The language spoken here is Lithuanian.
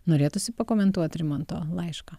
norėtųsi pakomentuot rimanto laišką